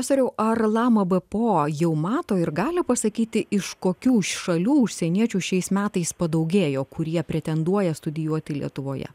profesoriau ar lama bpo jau mato ir gali pasakyti iš kokių šalių užsieniečių šiais metais padaugėjo kurie pretenduoja studijuoti lietuvoje